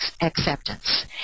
acceptance